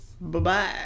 Bye-bye